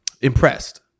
Impressed